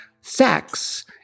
Sex